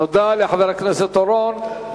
תודה לחבר הכנסת אורון.